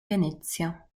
venezia